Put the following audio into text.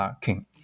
king